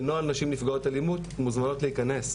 בנוהל נשים נפגעות אלימות - אתן מוזמנות להיכנס,